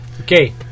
Okay